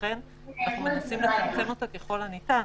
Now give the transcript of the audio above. ולכן אנחנו מנסים לצמצם אותה ככל הניתן,